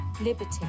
liberty